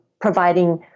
providing